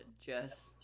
Jess